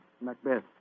Macbeth